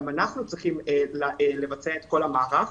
גם אנחנו צריכים לבצע את כל המערך.